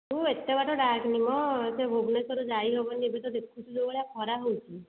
ତୁ ଏତେ ବାଟ ଡାକେନି ମ ସେ ଭୁବନଶ୍ୱର ଯାଇ ହବନି ମ ଏବେ ତ ଦେଖୁଛୁ ଯେଉଁ ଭଳିଆ ଖରା ହେଉଛି